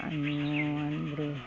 ಹಣ್ಣು ಅಂದರೆ